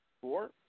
four